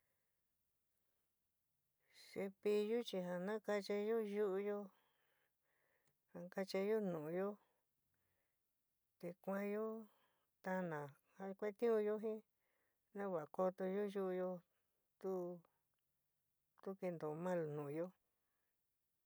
Cepillú chi ja nakachayoó yu'uyo nakachayoó nuúyo te kuányó taana ja kuatiunyó jin na va'a kotoyó yu'uyo tu tu kento maal nu'uyó.